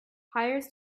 hires